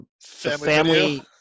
family